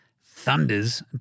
Thunders